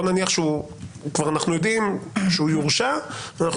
בוא נניח שאנחנו כבר יודעים שהוא יורשע ואנחנו